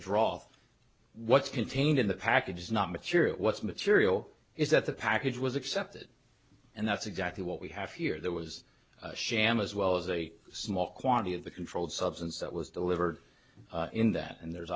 roth what's contained in the package is not material what's material is that the package was accepted and that's exactly what we have here there was a sham as well as a small quantity of the controlled substance that was delivered in that and there's